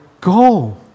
Go